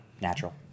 Natural